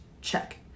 check